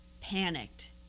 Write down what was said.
panicked